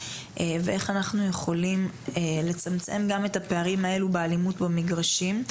ואיך אנחנו יכולים לצמצם את הפערים הללו באלימות במגרשים,